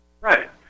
Right